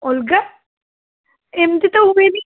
ଅଲଗା ଏମିତି ତ ହୁଏନି